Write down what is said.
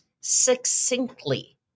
succinctly